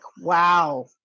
wow